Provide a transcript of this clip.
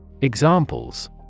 Examples